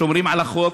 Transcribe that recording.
שומרים על החוק,